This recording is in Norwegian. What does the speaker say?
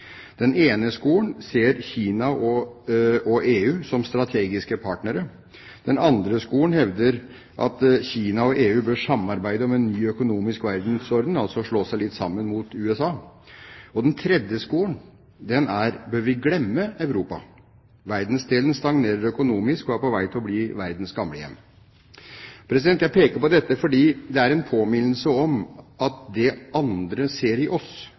Den ene skolen ser Kina og EU som strategiske partnere. Den andre skolen hevder at Kina og EU bør samarbeide om en ny økonomisk verdensorden, altså slå seg litt sammen mot USA. Og den tredje skolen sier: Bør vi glemme Europa? Verdensdelen stagnerer økonomisk og er på vei til å bli verdens gamlehjem. Jeg peker på dette fordi det er en påminnelse om at det andre ser i oss,